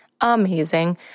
amazing